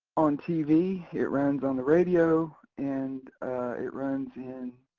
on t v, it runs on the radio and it runs in